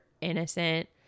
innocent